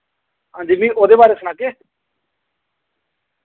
हांजी मिगी ओह्दे बारै सनागे